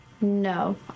No